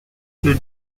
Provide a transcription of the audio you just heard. did